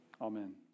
Amen